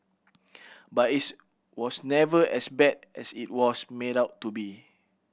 but its was never as bad as it was made out to be